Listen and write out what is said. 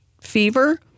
fever